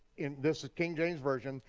and this is king james version,